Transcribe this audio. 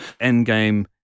Endgame